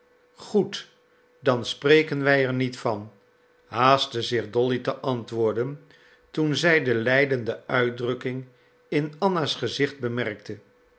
goed dan spreken wij er niet van haastte zich dolly te antwoorden toen zij de lijdende uitdrukking in anna's gezicht bemerkte